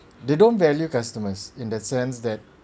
they don't value customers in the sense that